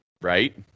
Right